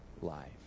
life